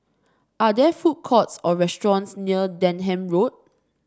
are there food courts or restaurants near Denham Road